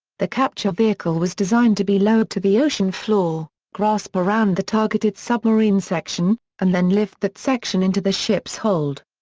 the capture vehicle was designed to be lowered to the ocean floor, grasp around the targeted submarine section, and then lift that section into the ship's hold.